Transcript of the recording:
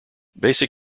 basic